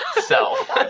self